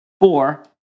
Four